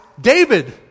David